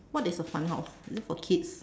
what is a fun house is it for kids